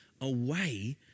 away